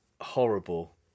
horrible